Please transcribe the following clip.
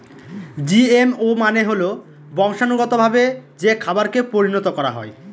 GMO মানে হল বংশানুগতভাবে যে খাবারকে পরিণত করা হয়